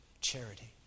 charity